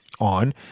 on